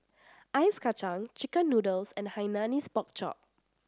Ice Kacang chicken noodles and Hainanese Pork Chop